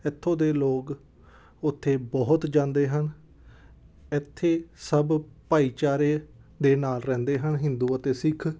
ਇੱਥੋਂ ਦੇ ਲੋਕ ਉੱਥੇ ਬਹੁਤ ਜਾਂਦੇ ਹਨ ਇੱਥੇ ਸਭ ਭਾਈਚਾਰੇ ਦੇ ਨਾਲ ਰਹਿੰਦੇ ਹਨ ਹਿੰਦੂ ਅਤੇ ਸਿੱਖ